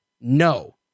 no